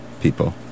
people